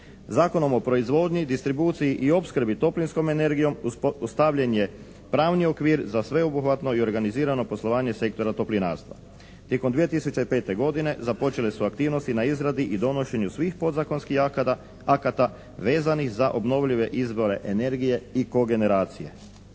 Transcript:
Zakonom o proizvodnji, distribuciji i opskrbi toplinskom energijom ostavljen je pravni okvir za sveobuhvatno i organizirano poslovanje sektora toplinarstva. Tijekom 2005. godine započele su aktivnosti na izradi i donošenju svih podzakonskih akata vezanih za obnovljive izvore energije i kogeneracije.